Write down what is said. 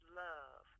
love